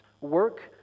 Work